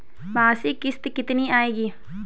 मासिक किश्त कितनी आएगी?